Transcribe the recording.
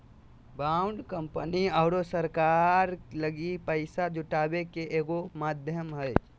bond company आरो सरकार लगी पैसा जुटावे के एगो माध्यम हइ